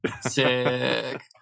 Sick